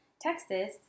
Texas